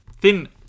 Thin